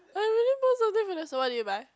I really never buy the suprise box so what did you buy